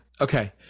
Okay